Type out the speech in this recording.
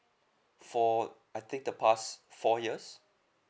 for I think the past four years